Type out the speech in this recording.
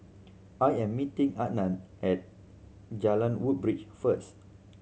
I am meeting Adan at Jalan Woodbridge first